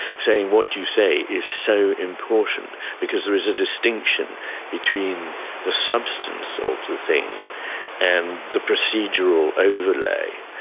saying what you say is so important because there is a distinction between the substance of the thing and the procedural overlay,